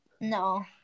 No